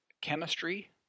chemistry